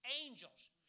Angels